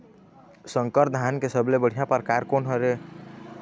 संकर धान के सबले बढ़िया परकार कोन हर ये?